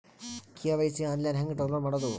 KYC online ಹೆಂಗ್ download ಮಾಡೋದು?